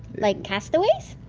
like castaways?